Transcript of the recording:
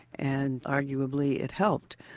and arguably, it helped.